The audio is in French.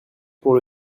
pour